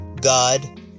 God